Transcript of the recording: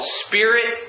spirit